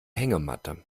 hängematte